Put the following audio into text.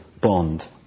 bond